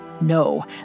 No